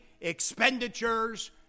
expenditures